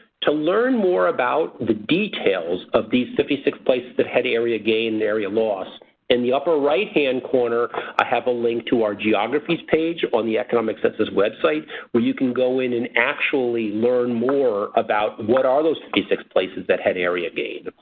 to learn more about the details of these specific place that had area gain and area loss in the upper right-hand corner i have a link to our geographies page on the economic census web site where you can go in and actually learn more about what are those places that had area gain.